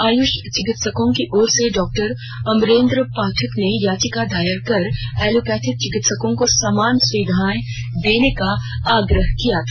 आयुष चिकित्सकों की ओर से डॉक्टर अमरेन्द्र पाठक ने यचिका दायर कर एलोपैथिक चिकित्सकों के समान सुविधाएं देने का आग्रह किया था